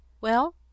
Well